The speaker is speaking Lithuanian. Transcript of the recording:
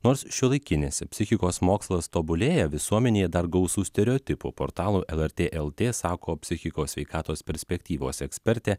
nors šiuolaikinės psichikos mokslas tobulėja visuomenėje dar gausu stereotipų portalui lrt lt sako psichikos sveikatos perspektyvos ekspertė